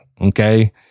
okay